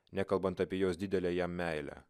nekalbant apie jos didelę jam meilę